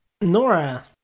Nora